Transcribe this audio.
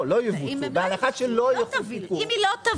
אם הם לא יבוצעו, אם היא לא תביא.